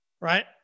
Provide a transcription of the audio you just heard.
right